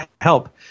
help